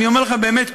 אני אומר לך באמת,